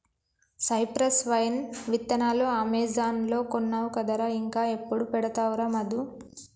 cypress vine విత్తనాలు Amazon లో కొన్నావు కదరా ఇంకా ఎప్పుడు పెడతావురా మధు